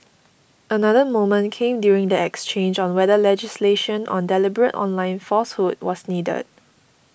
another moment came during the exchange on whether legislation on deliberate online falsehood was needed